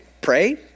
pray